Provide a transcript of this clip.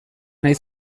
nahi